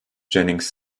jennings